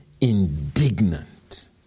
indignant